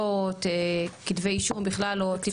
הרשעות, כתבי אישום בכלל או טיפול.